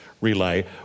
relay